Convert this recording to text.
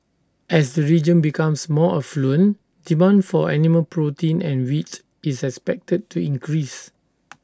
as the region becomes more affluent demand for animal protein and wheat is expected to increase